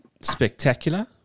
spectacular